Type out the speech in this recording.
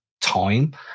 time